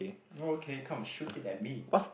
okay come shoot it at me